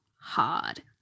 hard